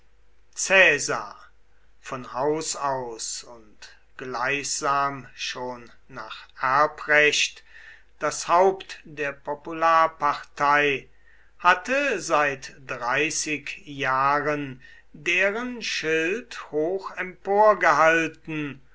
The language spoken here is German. von haus aus und gleichsam schon nach erbrecht das haupt der popularpartei hatte seit dreißig jahren deren schild hoch